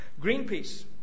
Greenpeace